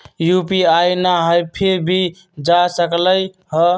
UPI न हई फिर भी जा सकलई ह?